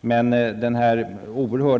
Den oerhört